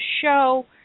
show